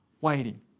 waiting